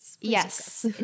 Yes